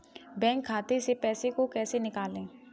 Bank खाते से पैसे को कैसे निकालें?